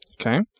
Okay